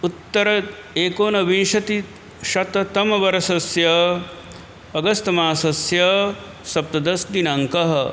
उत्तर एकोनविंशतिशततमवर्षस्य अगस्त् मासस्य सप्तदशदिनाङ्कः